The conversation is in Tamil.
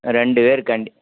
ரெண்டு பேர் கண்டி